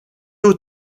aux